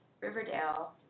Riverdale